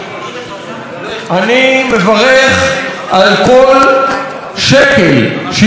אני מברך על כל שקל שהתווסף לקולנוע הישראלי.